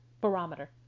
barometer